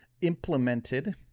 implemented